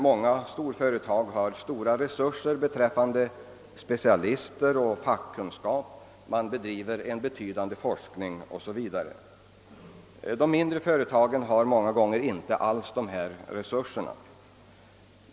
Många storföretag har omfattande resurser i form av specialister och fackmän, de bedriver en betydande forskning o. s. v. De mindre företagen har i många fall inte alls motsvarande resurser.